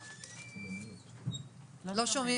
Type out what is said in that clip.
אני מאוד מתרעם על הדברים של אילן שפירא,